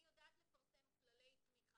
אני יודעת לפרסם כללי תמיכה.